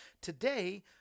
today